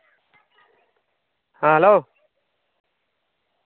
ᱦᱮᱸ ᱦᱮᱞᱳ